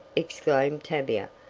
exclaimed tavia.